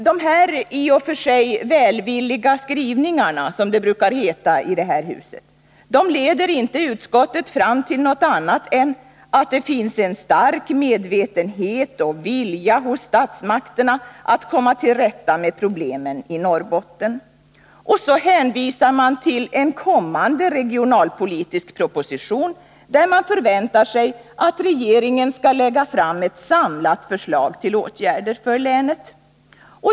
Nå, dessa i och för sig välvilliga skrivningar, som det brukar heta i det här huset, leder inte utskottet fram till något annat än att det finns en stark medvetenhet och vilja hos statsmakterna att komma till rätta med problemen i Norrbotten. Och så hänvisar man till en kommande regionalpolitisk proposition, där man förväntar sig att regeringen skall lägga fram ett samlat förslag till åtgärder för länet.